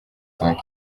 cinq